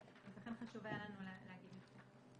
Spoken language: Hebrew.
לכן היה לנו חשוב להגיד את זה.